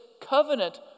covenant